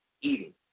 eating